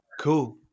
cool